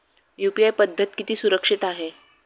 UPI पद्धत किती सुरक्षित आहे?